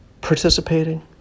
participating